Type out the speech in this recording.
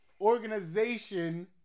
organization